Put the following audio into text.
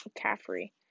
Caffrey